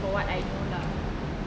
from what I know lah